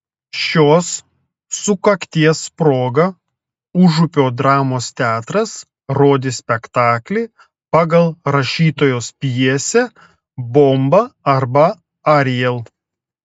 šios sukakties proga užupio dramos teatras rodys spektaklį pagal rašytojos pjesę bomba arba ariel